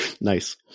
Nice